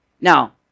Now